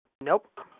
Nope